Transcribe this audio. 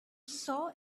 saw